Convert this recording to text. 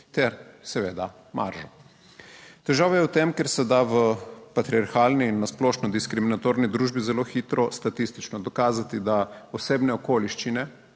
ter seveda maržo. Težava je v tem, ker se da v patriarhalni in na splošno diskriminatorni družbi zelo hitro statistično dokazati, da osebne okoliščine,